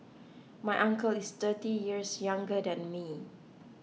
my uncle is thirty years younger than me